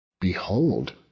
Behold